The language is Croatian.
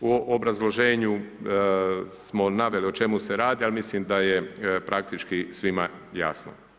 U obrazloženju smo naveli o čemu se radi, ali mislim da je praktički svima jasno.